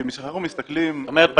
זאת אומרת,